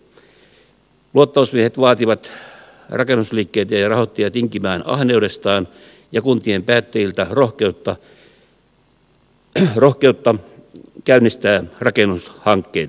luottamusmiehet vaativat rakennusliikkeitä ja rahoittajia tinkimään ahneudestaan ja kuntien päättäjiltä rohkeutta käynnistää rakennushankkeita